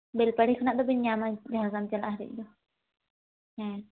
ᱵᱮᱞᱯᱟᱦᱟᱲᱤ ᱠᱷᱚᱱᱟᱜ ᱫᱚᱵᱤᱱ ᱧᱟᱢᱟ ᱡᱷᱟᱲᱜᱨᱟᱢ ᱪᱟᱞᱟᱜ ᱦᱟᱵᱤᱡ ᱫᱚ ᱦᱮᱸ